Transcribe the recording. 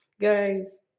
guys